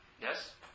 yes